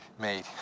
made